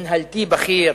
מינהלתי בכיר,